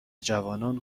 جوانان